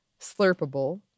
slurpable